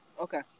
Okay